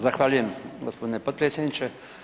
Zahvaljujem gospodine potpredsjedniče.